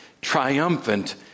triumphant